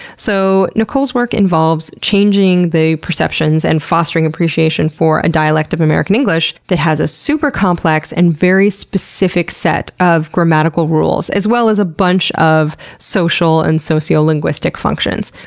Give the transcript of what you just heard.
so nicole's work involves changing the perceptions and fostering appreciation for a dialect of american english that has a super complex and very specific set of grammatical rules, as well as a bunch of social and sociolinguistic functions.